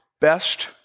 best